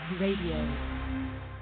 Radio